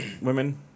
women